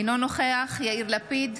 אינו נוכח יאיר לפיד,